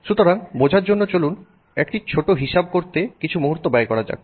সুতরাং বোঝার জন্য চলুন একটি ছোট হিসাব করতে কিছু মুহূর্ত ব্যয় করা যাক